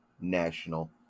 National